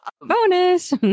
Bonus